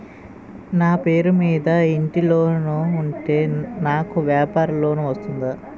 నా పేరు మీద ఇంటి లోన్ ఉంటే నాకు వ్యాపార లోన్ వస్తుందా?